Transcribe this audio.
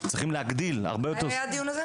היו הרבה דברים שהשתנו מסורתית.